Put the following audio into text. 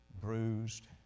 bruised